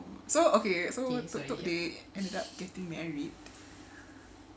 so okay so tup tup they ended up getting married